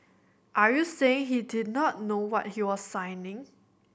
are you saying he did not know what he was signing